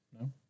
No